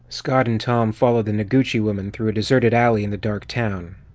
scott and tom followed the noguchi woman through a deserted alley in the dark town.